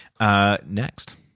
Next